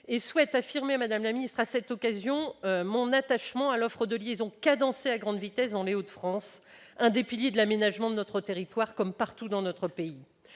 et affirmer à cette occasion mon attachement à l'offre de liaisons cadencées à grande vitesse dans les Hauts-de-France, l'un des piliers de l'aménagement de notre territoire. La desserte TGV